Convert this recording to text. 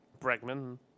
Bregman